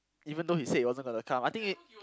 even though he said he wasn't gonna come I think